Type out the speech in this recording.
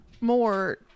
more